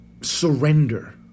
surrender